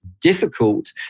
difficult